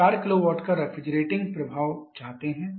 हम 4 किलोवाट का रेफ्रिजरेटिंग प्रभाव चाहते हैं